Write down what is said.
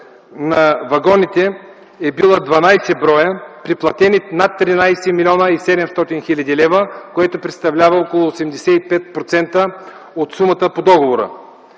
на вагоните е била 12 броя, при платени над 13 млн. 700 хил. лв., което представлява около 85% от сумата по договора.